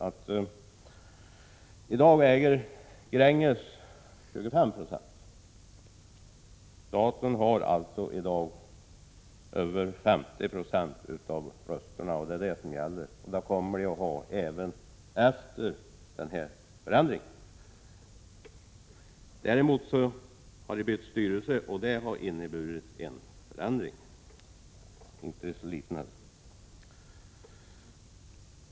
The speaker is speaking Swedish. Gränges äger för närvarande 25 96. Staten har alltså över 50 90 av rösterna och kommer att ha det även efter den föreslagna ändringen. Däremot har styrelsen bytts ut, och det har inneburit en förändring som inte är så liten.